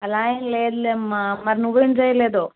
అలా ఏమీ లేదు లేమ్మా మరి నువ్వేం చేయలేదో